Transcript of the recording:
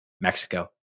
Mexico